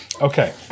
Okay